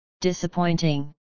Disappointing